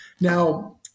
Now